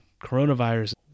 coronavirus